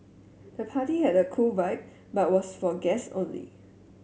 the party had a cool vibe but was for guests only